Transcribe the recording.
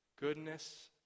goodness